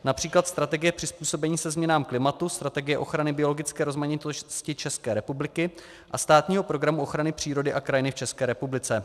Například strategie přizpůsobení se změnám klimatu, strategie ochrany biologické rozmanitosti České republiky a Státního programu ochrany přírody a kraji v České republice.